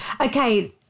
Okay